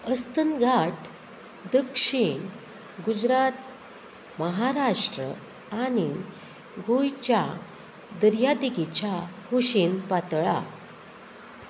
अस्तंत घाट दक्षीण गुजरात महाराष्ट्र आनी गोंयच्या दर्यादेगेच्या कुशीन पातळ्ळा